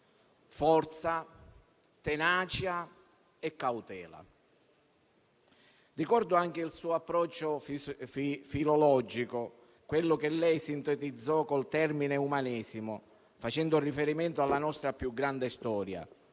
forza, tenacia e cautela. Ricordo anche il suo approccio filologico, quello che lei sintetizzò con il termine «umanesimo», facendo riferimento alla nostra più grande storia: